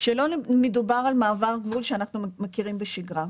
שלא מדובר על מעבר גבול שאנחנו מכירים בשגרה.